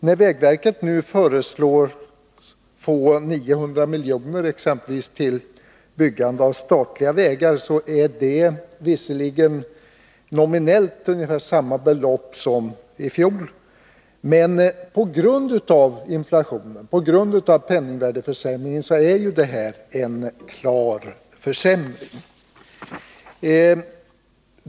När vägverket nu exempelvis föreslår att det skall få 900 miljoner till byggande av statliga vägar är detta belopp visserligen nominellt detsamma som i fjol, men på grund av inflationen är det en klar försämring av anslaget.